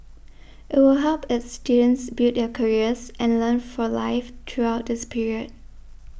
it will help its students build their careers and learn for life throughout this period